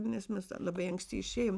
nes mes labai anksti išėjom